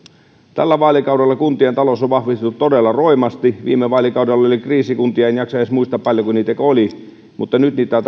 tällä vaalikaudella kuntien talous on vahvistunut todella roimasti viime vaalikaudella oli kriisikuntia en jaksa edes muistaa paljonko niitä oli mutta nyt niitä